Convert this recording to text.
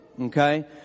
Okay